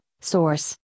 Source